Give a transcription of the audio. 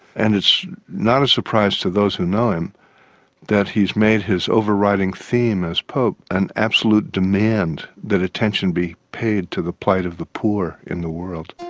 and it's not a surprise to those who know him that he has made his overriding theme as pope an absolute demand that attention be paid to the plight of the poor in the world.